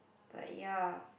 but ya